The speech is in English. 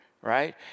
right